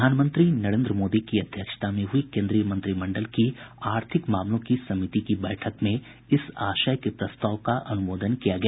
प्रधानमंत्री नरेंद्र मोदी की अध्यक्षता में हुई केंद्रीय मंत्रिमंडल की आर्थिक मामलों की समिति की बैठक में इस आशय के प्रस्ताव का अनुमोदन किया गया